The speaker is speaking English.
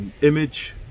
image